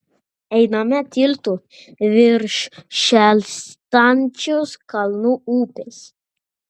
einame tiltu virš šėlstančios kalnų upės